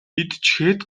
идчихээд